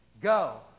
Go